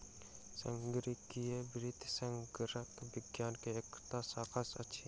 संगणकीय वित्त संगणक विज्ञान के एकटा शाखा अछि